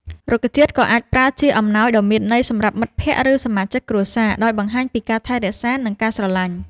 រុក្ខជាតិក៏អាចប្រើជាអំណោយដ៏មានន័យ សម្រាប់មិត្តភក្តិ ឬសមាជិកគ្រួសារ ដោយបង្ហាញពីការថែរក្សា និងការស្រឡាញ់។